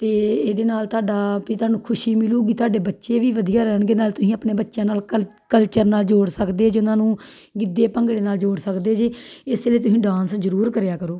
ਅਤੇ ਇਹਦੇ ਨਾਲ ਤੁਹਾਡਾ ਵੀ ਤੁਹਾਨੂੰ ਖੁਸ਼ੀ ਮਿਲੇਗੀ ਤੁਹਾਡੇ ਬੱਚੇ ਵੀ ਵਧੀਆ ਰਹਿਣਗੇ ਨਾਲ ਤੁਸੀਂ ਆਪਣੇ ਬੱਚਿਆਂ ਨਾਲ ਕਲ ਕਲਚਰ ਨਾਲ ਜੋੜ ਸਕਦੇ ਜੀ ਉਹਨਾਂ ਨੂੰ ਗਿੱਧੇ ਭੰਗੜੇ ਨਾਲ ਜੋੜ ਸਕਦੇ ਜੀ ਇਸ ਲਈ ਤੁਸੀਂ ਡਾਂਸ ਜ਼ਰੂਰ ਕਰਿਆ ਕਰੋ